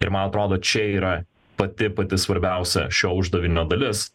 ir man atrodo čia yra pati pati svarbiausia šio uždavinio dalis